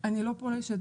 אני ךא עבריינית,